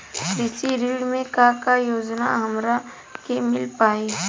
कृषि ऋण मे का का योजना हमरा के मिल पाई?